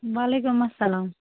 وعلیکُم اَسلام